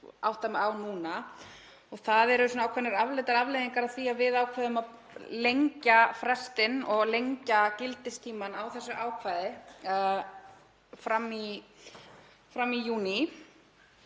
átta mig á núna og það eru ákveðnar afleiddar afleiðingar af því að við ákváðum að lengja frestinn og lengja gildistímann á þessu ákvæði fram í júní.